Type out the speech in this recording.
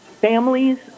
families